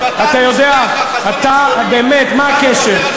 אם אתה, חזון, אתה יודע, אתה, באמת, מה הקשר?